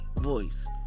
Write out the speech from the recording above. voice